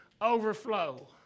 overflow